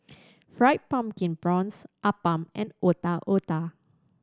Fried Pumpkin Prawns Appam and Otak Otak